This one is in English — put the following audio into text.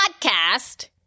podcast